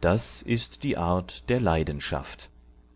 das ist die art der leidenschaft